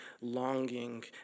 longing